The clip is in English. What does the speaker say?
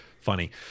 funny